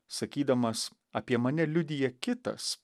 sakydamas apie mane liudija kitas